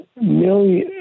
million